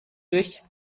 durch